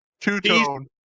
Two-tone